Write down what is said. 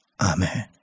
Amen